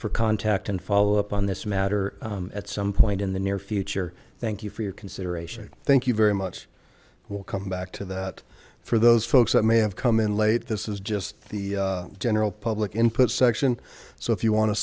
for contact and follow up on this matter at some point in the near future thank you for your consideration thank you very much we'll come back to that for those folks that may have come in late this is just the general public input section so if you want to